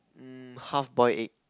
um half boiled egg